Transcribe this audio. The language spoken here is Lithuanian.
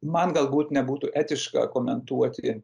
man galbūt nebūtų etiška komentuoti